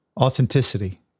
Authenticity